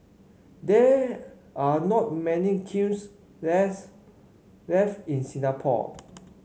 there are not many kilns less left in Singapore